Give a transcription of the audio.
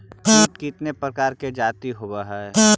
कीट कीतने प्रकार के जाती होबहय?